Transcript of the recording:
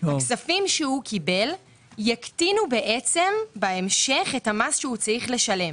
כספים שקיבל יקטינו בהמשך את המס שצריך לשלם.